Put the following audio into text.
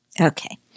Okay